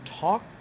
talk